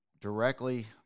directly